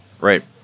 right